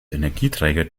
energieträger